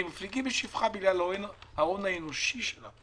הם מפליגים בשבחה בגלל ההון האנושי שלה,